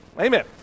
Amen